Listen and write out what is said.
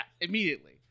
immediately